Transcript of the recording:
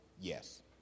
Yes